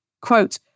Quote